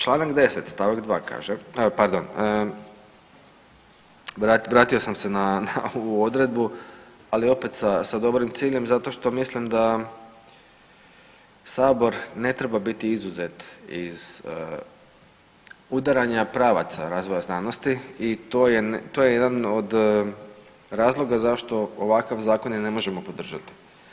Čl. 10. st. 2. kaže, pardon, vratio sam se na, na ovu odredbu, ali opet sa, sa dobrim ciljem zato što mislim da sabor ne treba biti izuzet iz udaranja pravaca razvoja znanosti i to je jedan od razloga zašto ovakav zakon ne možemo podržati.